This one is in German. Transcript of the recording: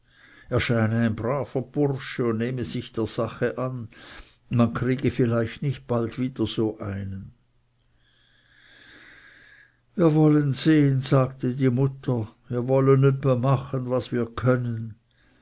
ein braver bursche und nehme sich der sache an man kriege vielleicht nicht bald wieder so einen wir wollen sehen sagte die mutter wir wollen öppe machen was wir können